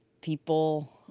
people